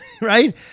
right